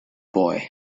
boy